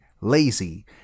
lazy